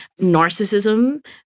narcissism